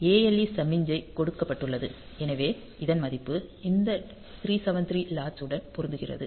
ALE சமிக்ஞை கொடுக்கப்பட்டுள்ளது எனவே இதன் மதிப்பு இந்த 373 லாட்சு உடன் பொருத்துகிறது